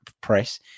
press